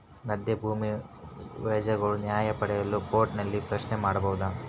ಗದ್ದೆ ಭೂಮಿ ವ್ಯಾಜ್ಯಗಳ ನ್ಯಾಯ ಪಡೆಯಲು ಕೋರ್ಟ್ ನಲ್ಲಿ ಪ್ರಶ್ನೆ ಮಾಡಬಹುದಾ?